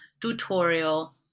tutorial